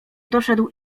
doszedł